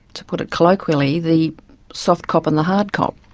to put it colloquially, the soft cop and the hard cop.